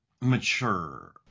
mature